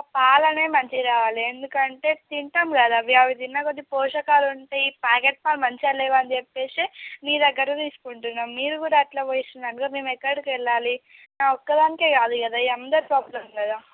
ఆ పాలు అనేది మంచిగా కావాలి ఎందుకంటే తింటాము కదా అవి తిన్న కొద్ది పోషకాలు ఉంటాయి ప్యాకెట్ పాలు మంచిగ లేవు అని చెప్పి మీ దగ్గర తీసుకుంటున్నాం మీరు కూడా అలా పోశారు అనుకో మేము ఎక్కడికి వెళ్ళాలి నా ఒక్క దానికే కాదు ఇది అందరి ప్రాబ్లెమ్ కదా